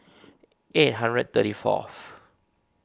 eight hundred thirty fourth